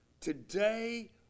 today